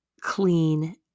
clean